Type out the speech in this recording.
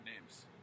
names